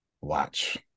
watch